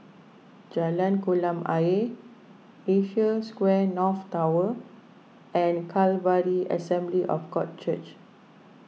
Jalan Kolam Ayer Asia Square North Tower and Calvary Assembly of God Church